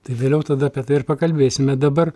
tai vėliau tada apie tai ir pakalbėsime dabar